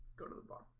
go to the bar.